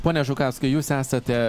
pone žukauskai jūs esate